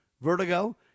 Vertigo